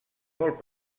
molt